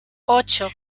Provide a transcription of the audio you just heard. ocho